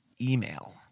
email